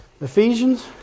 Ephesians